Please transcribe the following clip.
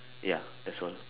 ya that's all